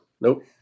Nope